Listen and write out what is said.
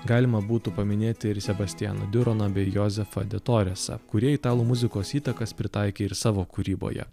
galima būtų paminėti ir sebastianą diuroną bei jozefą detoresą kurie italų muzikos įtakas pritaikė ir savo kūryboje